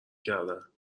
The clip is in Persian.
کردن